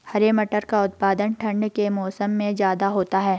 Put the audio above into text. हरे मटर का उत्पादन ठंड के मौसम में ज्यादा होता है